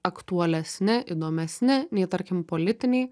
aktualesni įdomesni nei tarkim politiniai